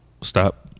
stop